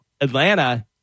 Atlanta